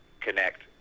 connect